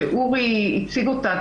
שאורי הציג אותה,